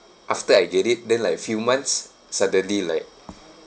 after I get it then like few months suddenly like